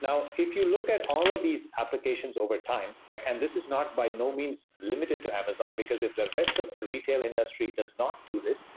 now, if you look at all of these applications overtime, like and this is not by no means limited to amazon, because if the rest of the retail industry does not do this,